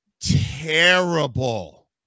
terrible